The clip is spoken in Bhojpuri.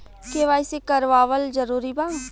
के.वाइ.सी करवावल जरूरी बा?